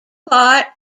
part